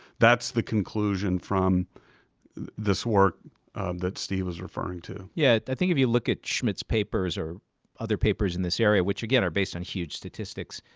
that's the conclusion from this work that steve was referring to. steve yeah. i think if you look at schmidt's papers or other papers in this area, which, again, are based on huge statistics,